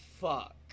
fuck